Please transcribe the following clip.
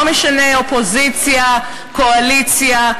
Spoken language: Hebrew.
לא משנה אופוזיציה קואליציה,